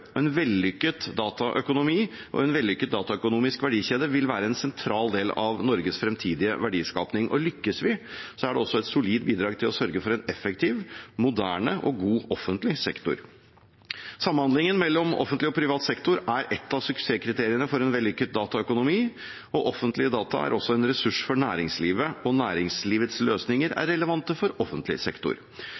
En vellykket dataøkonomi og en vellykket dataøkonomisk verdikjede vil være en sentral del av Norges fremtidige verdiskaping. Lykkes vi, er det også et solid bidrag til å sørge for en effektiv, moderne og god offentlig sektor. Samhandlingen mellom offentlig og privat sektor er et av suksesskriteriene for en vellykket dataøkonomi. Offentlige data er også en ressurs for næringslivet, og næringslivets løsninger er relevante for offentlig sektor.